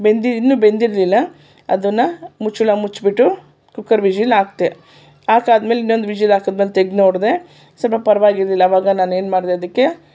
ಬೆಂದಿದ್ದು ಇನ್ನೂ ಬೆಂದಿರಲಿಲ್ಲ ಅದನ್ನು ಮುಚ್ಚಳ ಮುಚ್ಚಿಬಿಟ್ಟು ಕುಕ್ಕರ್ ವಿಶಲ್ ಹಾಕಿದೆ ಹಾಕಾದ್ಮೇಲೆ ಇನ್ನೊಂದು ವಿಶಲ್ ಹಾಕಿದ್ಮೇಲೆ ತೆಗ್ದು ನೋಡಿದೆ ಸ್ವಲ್ಪ ಪರ್ವಾಗಿರಲಿಲ್ಲ ಅವಾಗ ನಾನು ಏನು ಮಾಡಿದೆ ಅದಕ್ಕೆ